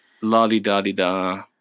La-di-da-di-da